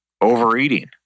overeating